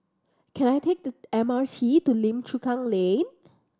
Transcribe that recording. can I take the M R T to Lim Chu Kang Lane